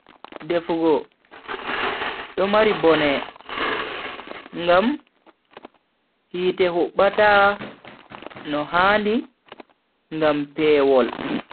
Defugo do mari bone ngam hite hubbata no handi ngam pewol.